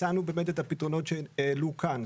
הצענו את הפתרונות שהעלו כאן,